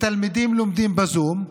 והתלמידים לומדים בזום,